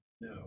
no